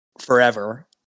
forever